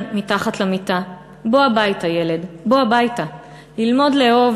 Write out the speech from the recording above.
/ מתחת למיטה // בוא הביתה ילד / בוא הביתה // ללמוד לאהוב